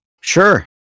Sure